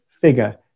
figure